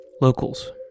Locals